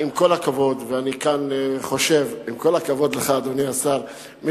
עם כל הכבוד לך, אדוני השר, אני